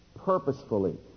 Purposefully